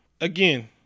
again